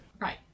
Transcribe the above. Right